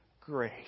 grace